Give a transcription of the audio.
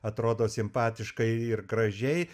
atrodo simpatiškai ir gražiai